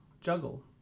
juggle